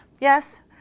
yes